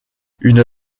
une